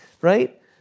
right